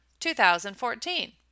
2014